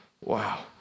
Wow